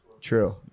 true